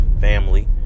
family